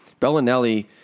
Bellinelli